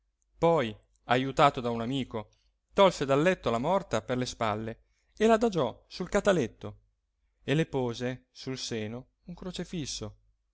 poi ajutato da un amico tolse dal letto la morta per le spalle e l'adagiò sul cataletto e le pose sul seno un crocifisso